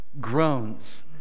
groans